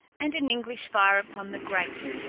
and an english fire upon the grate.